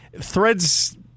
Threads